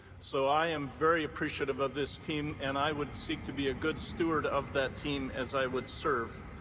so i am very appreciative of this team, and i would seek to be a good steward of that team, as i would serve.